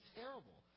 terrible